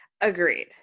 Agreed